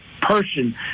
person